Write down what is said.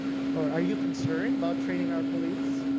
are you concerned about training our police?